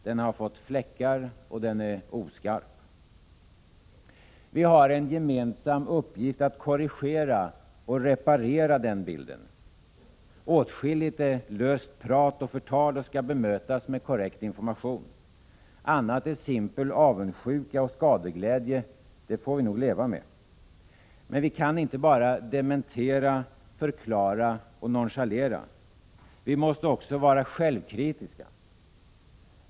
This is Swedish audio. Den har fått fläckar och den är oskarp. Vi har en gemensam uppgift att korrigera och reparera den bilden. Åtskilligt är löst prat och förtal och skall bemötas med korrekt information. Annat är simpel avundsjuka och skadeglädje. Det får vi nog leva med. Men vi kan inte bara dementera, förklara och nonchalera. Vi måste också vara självkritiska.